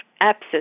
abscess